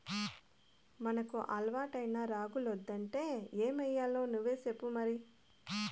మనకు అలవాటైన రాగులొద్దంటే ఏమయ్యాలో నువ్వే సెప్పు మరి